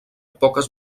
poques